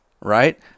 right